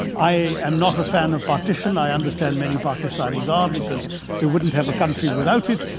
i am not a fan of partition. i understand many pakistanis are. because they wouldn't have a country without it.